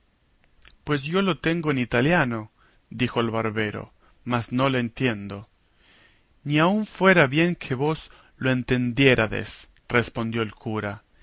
pues yo le tengo en italiano dijo el barbero mas no le entiendo ni aun fuera bien que vos le entendiérades respondió el cura